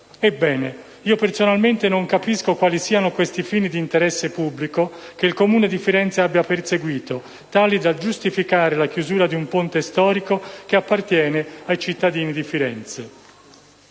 Ebbene, io personalmente non capisco quali siano questi fini di interesse pubblico che il Comune di Firenze ha perseguito, tali da giustificare la chiusura di un ponte storico che appartiene ai cittadini di Firenze.